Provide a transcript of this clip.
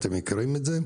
אתם מכירים את זה,